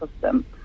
system